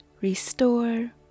restore